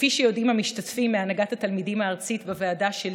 כפי שיודעים המשתתפים מהנהגת התלמידים הארצית בוועדה שלי,